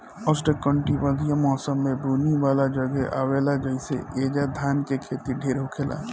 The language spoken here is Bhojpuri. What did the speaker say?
उष्णकटिबंधीय मौसम में बुनी वाला जगहे आवेला जइसे ऐजा धान के खेती ढेर होखेला